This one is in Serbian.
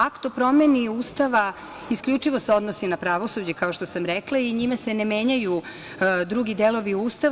Akt o promeni Ustava isključivo se odnosi na pravosuđe, kao što sam rekla i njime se ne menjaju drugi delovi Ustava.